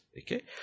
Okay